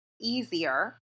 easier